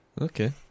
Okay